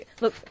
Look